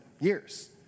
years